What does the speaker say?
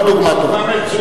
לא דוגמה טובה, לא דוגמה טובה.